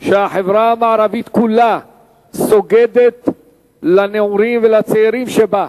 שהחברה המערבית כולה סוגדת לנעורים ולצעירים שבה.